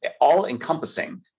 all-encompassing